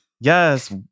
Yes